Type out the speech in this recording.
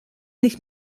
nicht